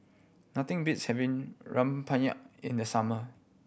nothing beats having rempeyek in the summer